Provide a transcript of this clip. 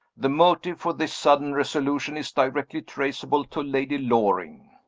the motive for this sudden resolution is directly traceable to lady loring.